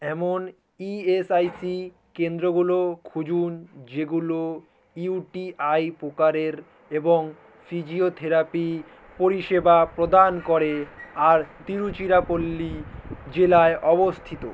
এমন ইএসআইসি কেন্দ্রগুলো খুঁজুন যেগুলো ইউটিআই প্রকারের এবং ফিজিওথেরাপি পরিষেবা প্রদান করে আর তিরুচিরাপল্লি জেলায় অবস্থিত